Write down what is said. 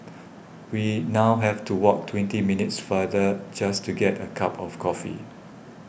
we now have to walk twenty minutes farther just to get a cup of coffee